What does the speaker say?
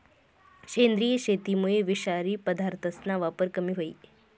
सेंद्रिय शेतीमुये विषारी पदार्थसना वापर कमी व्हयी